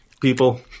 people